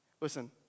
Listen